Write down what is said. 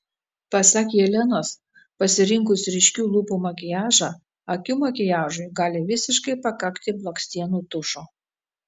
pasak jelenos pasirinkus ryškių lūpų makiažą akių makiažui gali visiškai pakakti blakstienų tušo